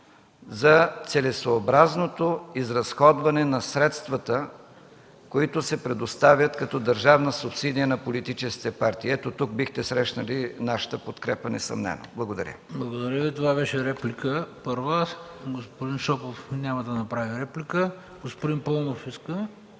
за целесъобразното изразходване на средствата, които се предоставят като държавна субсидия на политическите партии. Ето, бихте срещнали нашата подкрепа несъмнено. Благодаря. ПРЕДСЕДАТЕЛ ХРИСТО БИСЕРОВ: Благодаря. Господин Шопов – няма да прави реплика. Господин Паунов иска